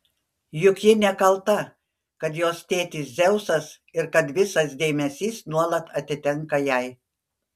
juk ji nekalta kad jos tėtis dzeusas ir kad visas dėmesys nuolat atitenka jai